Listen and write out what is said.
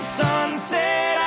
sunset